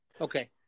Okay